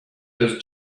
those